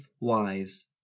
wise